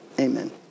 Amen